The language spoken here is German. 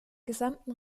gesamten